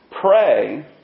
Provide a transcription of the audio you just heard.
Pray